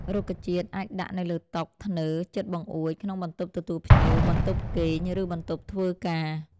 រុក្ខជាតិអាចដាក់នៅលើតុ ធ្នើរ ជិតបង្អួច ក្នុងបន្ទប់ទទួលភ្ញៀវ បន្ទប់គេង ឬបន្ទប់ធ្វើការ។